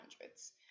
hundreds